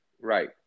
Right